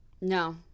No